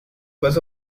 was